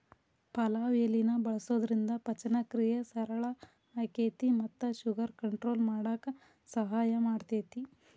ಪಲಾವ್ ಎಲಿನ ಬಳಸೋದ್ರಿಂದ ಪಚನಕ್ರಿಯೆ ಸರಳ ಆಕ್ಕೆತಿ ಮತ್ತ ಶುಗರ್ ಕಂಟ್ರೋಲ್ ಮಾಡಕ್ ಸಹಾಯ ಮಾಡ್ತೆತಿ